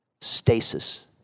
stasis